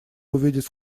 увидеть